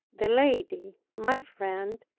the lady, my friend,